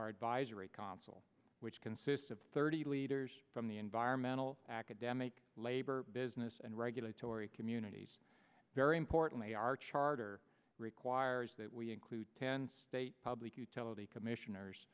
our advisory council which consists of thirty leaders from the environmental academic labor business and regulatory communities very importantly our charter requires that we include ten state public utility commissioners